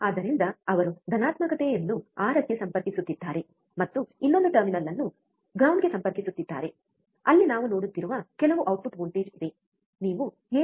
ಆದ್ದರಿಂದ ಅವರು ಧನಾತ್ಮಕತೆಯನ್ನು 6 ಕ್ಕೆ ಸಂಪರ್ಕಿಸುತ್ತಿದ್ದಾರೆ ಮತ್ತು ಇನ್ನೊಂದು ಟರ್ಮಿನಲ್ ಅನ್ನು ಗ್ರೌಂಡ್ ಸಂಪರ್ಕಿಸುತ್ತಿದ್ದಾರೆ ಅಲ್ಲಿ ನಾವು ನೋಡುತ್ತಿರುವ ಕೆಲವು ಔಟ್ಪುಟ್ ವೋಲ್ಟೇಜ್ ಇದೆ ನೀವು 7